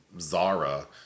zara